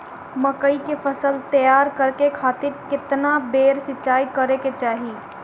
मकई के फसल तैयार करे खातीर केतना बेर सिचाई करे के चाही?